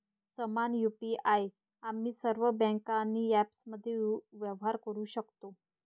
समान यु.पी.आई आम्ही सर्व बँका आणि ॲप्समध्ये व्यवहार करू शकतो